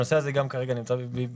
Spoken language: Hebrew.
הנושא הזה כרגע גם נמצא בבחינה,